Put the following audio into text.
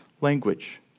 language